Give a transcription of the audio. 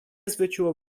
zwróciło